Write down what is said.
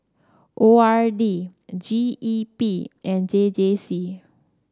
O R D G E P and J J C